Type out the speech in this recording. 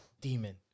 demon